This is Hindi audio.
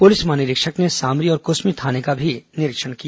पुलिस महानिरीक्षक ने सामरी और कुसमी थाने का भी निरीक्षण किया